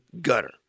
gutter